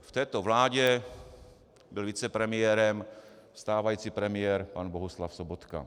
V této vládě byl vicepremiérem stávající premiér pan Bohuslav Sobotka.